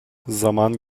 zaman